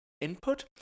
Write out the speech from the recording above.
input